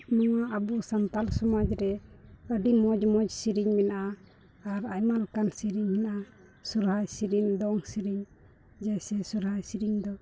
ᱱᱚᱣᱟ ᱟᱵᱚ ᱥᱟᱱᱛᱟᱲ ᱥᱚᱢᱟᱡᱽ ᱨᱮ ᱟᱹᱰᱤ ᱢᱚᱡᱽ ᱢᱚᱡᱽ ᱥᱮᱨᱮᱧ ᱢᱮᱱᱟᱜᱼᱟ ᱟᱨ ᱟᱭᱢᱟ ᱞᱮᱠᱟᱱ ᱥᱮᱨᱮᱧ ᱦᱮᱱᱟᱜᱼᱟ ᱥᱚᱦᱨᱟᱭ ᱥᱮᱨᱮᱧ ᱫᱚᱝ ᱥᱮᱨᱮᱧ ᱡᱮᱭᱥᱮ ᱥᱚᱦᱨᱟᱭ ᱥᱮᱨᱮᱧ ᱫᱚ